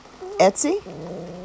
Etsy